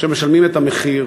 שמשלמים את המחיר